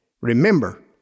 Remember